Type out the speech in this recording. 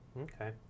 Okay